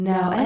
Now